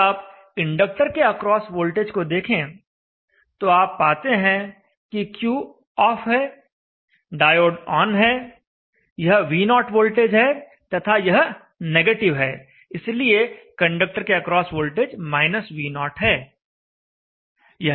यदि आप इंडक्टर के अक्रॉस वोल्टेज को देखें तो आप पाते हैं कि Q ऑफ है डायोड ऑन है यह V0 वोल्टेज है तथा यह निगेटिव है इसलिए इंडक्टर के अक्रॉस वोल्टेज V0 है